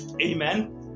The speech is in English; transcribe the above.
Amen